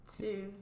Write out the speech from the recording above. two